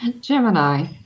Gemini